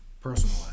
personal